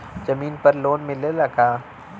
जमीन पर लोन मिलेला का?